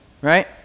Right